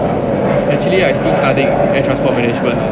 actually I still studying air transport management lah